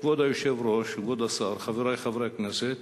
כבוד היושב-ראש, כבוד השר, חברי חברי הכנסת,